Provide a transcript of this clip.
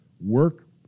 work